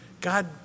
God